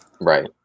Right